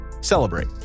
celebrate